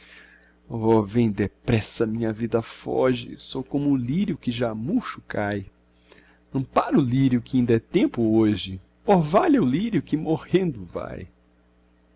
oh vem depressa minha vida foge sou como o lírio que já murcho cai ampara o lírio que inda é tempo hoje orvalha o lírio que morrendo vai